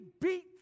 beat